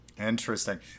Interesting